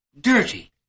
dirty